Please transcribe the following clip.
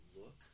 look